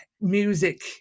music